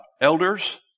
elders